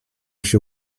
się